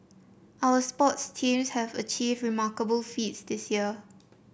our sports teams have achieved remarkable feats this year